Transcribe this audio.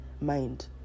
mind